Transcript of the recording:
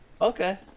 Okay